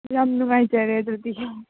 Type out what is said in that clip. ꯌꯥꯝ ꯅꯨꯡꯉꯥꯏꯖꯔꯦ ꯑꯗꯨꯗꯤ